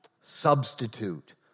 substitute